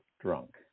drunk